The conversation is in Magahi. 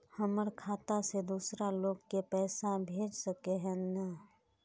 हमर खाता से दूसरा लोग के पैसा भेज सके है ने?